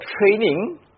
training